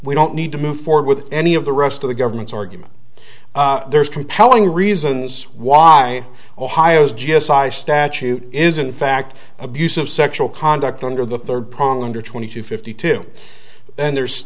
we don't need to move forward with any of the rest of the government's argument there's compelling reasons why ohio's g s i statute is in fact abusive sexual conduct under the third prong under twenty two fifty two and there's